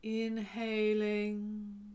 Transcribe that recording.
inhaling